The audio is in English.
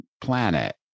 planet